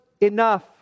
enough